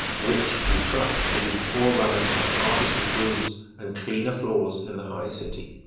which, we trust, will be the forerunner of a harvest of brooms and cleaner floors in the high city.